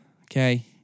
okay